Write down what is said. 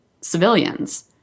civilians